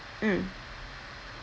mm